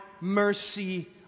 mercy